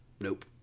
Nope